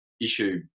issue